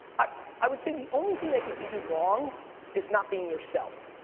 i would say the only thing that you can do wrong is not being yourself.